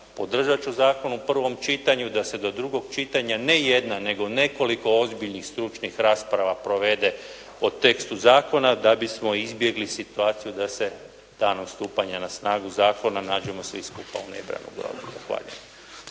podržati ću zakon u prvom čitanju da se do drugog čitanja ne jedna, nego nekoliko ozbiljnih stručnih rasprava provede po tekstu zakona da bismo izbjegli situaciju da se danom stupanja na snagu zakona nađemo svi skupa u … /Govornik